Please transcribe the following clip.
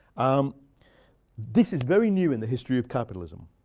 um this is very new in the history of capitalism.